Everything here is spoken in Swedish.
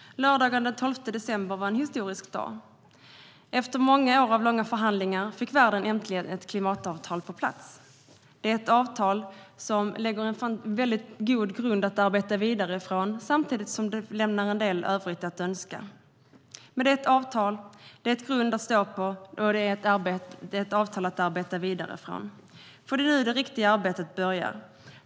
Lördagen den 12 december var en historisk dag. Efter många år av långa förhandlingar fick världen äntligen ett klimatavtal på plats. Det är ett avtal som lägger en väldigt god grund att stå på och arbeta vidare från, samtidigt som det lämnar en del övrigt att önska. Det är nu det riktiga arbetet börjar.